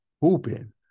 hooping